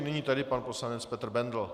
Nyní tedy pan poslanec Petr Bendl.